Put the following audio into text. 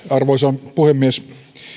arvoisa puhemies